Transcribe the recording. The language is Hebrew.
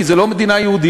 כי זו לא מדינה יהודית,